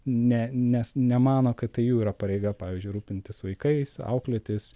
ne nes nemano kad tai jų yra pareiga pavyzdžiui rūpintis vaikais auklėtis